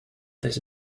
this